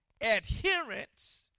Adherence